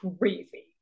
crazy